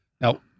Now